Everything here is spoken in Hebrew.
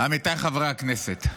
עמיתיי חברי הכנסת,